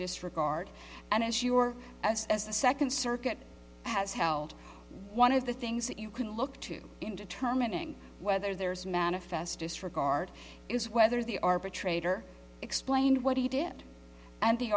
disregard and assure us as the second circuit has held one of the things that you can look to in determining whether there's manifest disregard is whether the arbitrator explained what he did and the